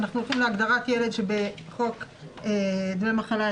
אנחנו הולכים להגדרת ילד שבחוק דמי מחלה,